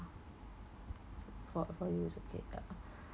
for for you it's okay ya